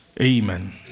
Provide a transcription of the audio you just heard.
Amen